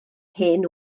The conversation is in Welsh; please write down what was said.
hen